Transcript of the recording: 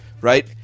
right